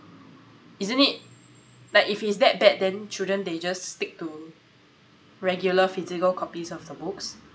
isn't it like if it's that bad then children they just stick to regular physical copies of the books